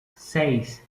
seis